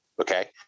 okay